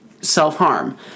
self-harm